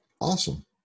Awesome